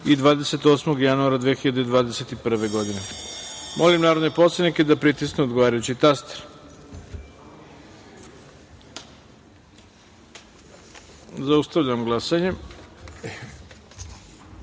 i 28. januara 2021. godine. Molim narodne poslanike da pritisnu odgovarajući taster. Zaustavljam glasanje: